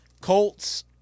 Colts